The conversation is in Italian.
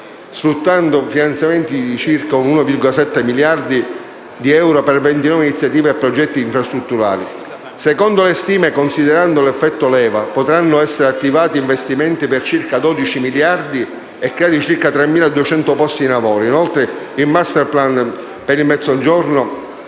sfruttando un finanziamento pari a 1,7 miliardi di euro per 29 iniziative e progetti infrastrutturali. Secondo le stime, considerando il cosiddetto effetto leva, potranno essere attivati investimenti pari a circa 12 miliardi e creati circa 3.200 nuovi posti di lavoro. Inoltre, il *masterplan* per il Mezzogiorno,